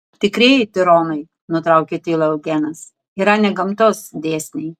tikrieji tironai nutraukė tylą eugenas yra ne gamtos dėsniai